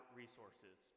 resources